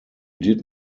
did